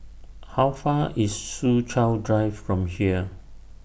How Far IS Soo Chow Drive from here